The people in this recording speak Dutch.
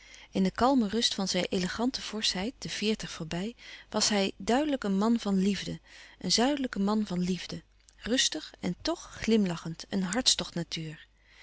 in de kalme rust van zijn elegante forschheid de veertig voorbij was hij duidelijk een man van liefde een zuidelijke man van liefde rustig en tch glimlachend een